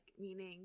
meaning